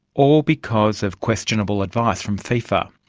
all because of questionable advice from fifa.